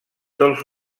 dels